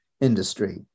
industry